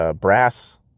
brass